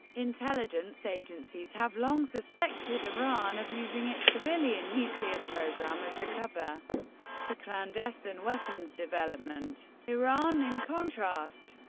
intelligence agencies have long suspected iran of using its civilian nuclear program as a cover for clandestine weapons development. iran, in contrast,